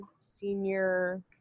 senior